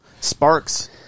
Sparks